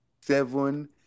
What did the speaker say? seven